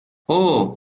اوه